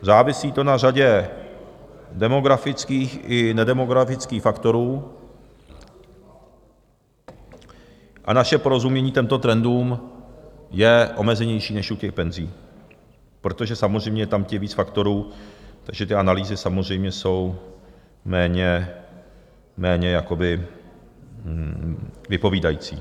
Závisí to na řadě demografických i nedemografických faktorů, a naše porozumění těmto trendům je omezenější než u těch penzí, protože samozřejmě tam je víc faktorů, takže ty analýzy samozřejmě jsou méně vypovídající.